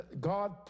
God